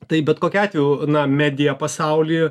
tai bet kokiu atveju na medija pasaulyje